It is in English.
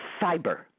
Cyber